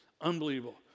unbelievable